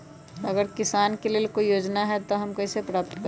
अगर किसान के लेल कोई योजना है त हम कईसे प्राप्त करी?